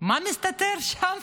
מה מסתתר שם?